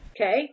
Okay